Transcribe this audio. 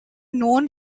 known